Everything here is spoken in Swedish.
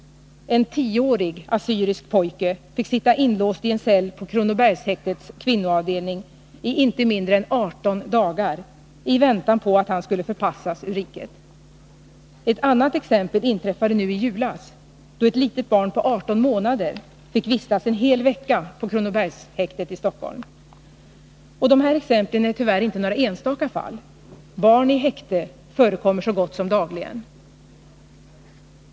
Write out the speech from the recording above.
En tioårig assyrisk pojke fick sitta inlåst i en cell på Kronobergshäktets kvinnoavdelning i inte mindre än 18 dagar i väntan på att han skulle förpassas ur riket. Ett annat fall inträffade nu i julas då ett litet barn på 18 månader fick vistas en hel vecka på Kronobergshäktet i Stockholm. Och de här exemplen är tyvärr inte de enda. Barn i häkte förekommer så gott som dagligen.